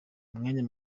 umwanya